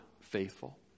faithful